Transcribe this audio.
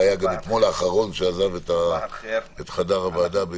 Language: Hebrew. הוא היה גם אתמול האחרון שעזב את חדר הוועדה.